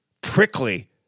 prickly